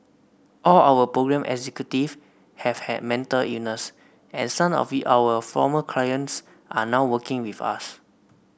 all our programme executive have had mental illness and some of our former clients are now working with us